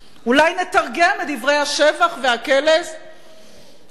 אולי נתרגם את דברי השבח והקלס לאנגלית,